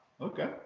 Okay